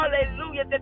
Hallelujah